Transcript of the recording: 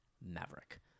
Maverick